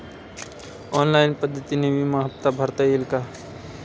Online पद्धतीने विमा हफ्ता भरता येईल का?